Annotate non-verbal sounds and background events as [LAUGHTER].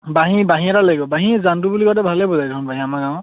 বাঁহী বাঁহী এটা লাগিব বাঁহী জানটু বুলি [UNINTELLIGIBLE]